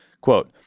Quote